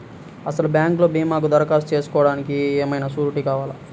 అసలు బ్యాంక్లో భీమాకు దరఖాస్తు చేసుకోవడానికి ఏమయినా సూరీటీ కావాలా?